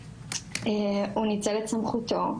הוא ניצל את סמכותו,